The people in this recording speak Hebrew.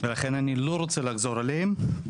ולכן אני לא רוצה לחזור עליהם.